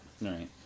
Right